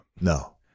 No